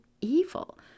evil